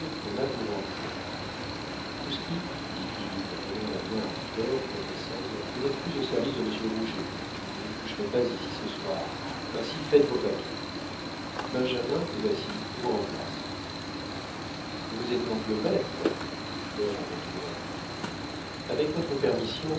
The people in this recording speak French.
pour entrer kouski dit philippe en donnant la main à flore pour descendre vous n'êtes plus au service de monsieur rouget vous ne coucherez pas ici ce soir ainsi faites vos paquets benjamin que voici vous remplace vous êtes donc le maître dit flore avec ironie avec votre permission